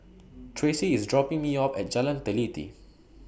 Tracie IS dropping Me off At Jalan Teliti